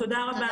תודה רבה.